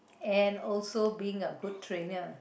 and also being a good trainer